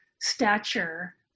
stature